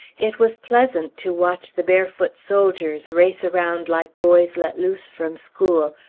it was pleasant to watch the barefoot soldiers race around like boys let loose from school,